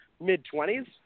mid-20s